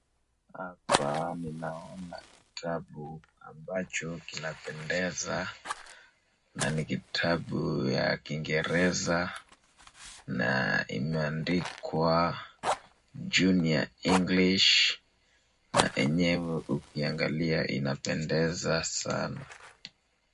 Hapa ninaona kitabu ambacho kinapendeza na ni kitabu ya kingereza ambayo imeandikwa Junior English na enyewe ukiangalia inapendeza sana.